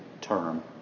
term